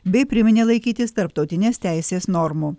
bei priminė laikytis tarptautinės teisės normų